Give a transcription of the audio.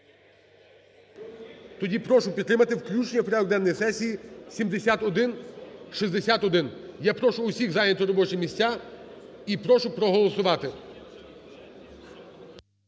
Тоді прошу підтримати включення в порядок денний сесії 7161. Я прошу всіх зайняти робочі місця і прошу проголосувати.